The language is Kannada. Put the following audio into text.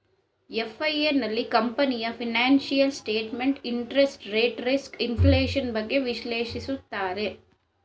ಎಫ್.ಐ.ಎ, ನಲ್ಲಿ ಕಂಪನಿಯ financial statement, interest rate risk, inflation, ಬಗ್ಗೆ ವಿಶ್ಲೇಷಿಸುತ್ತಾರೆ